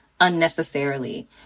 unnecessarily